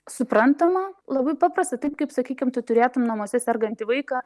suprantama labai paprasta taip kaip sakykim tu turėtum namuose sergantį vaiką